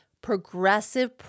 progressive